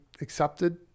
accepted